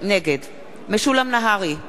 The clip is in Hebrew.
נגד משולם נהרי,